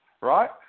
right